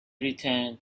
returned